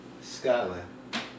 Scotland